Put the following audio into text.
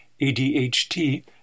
ADHD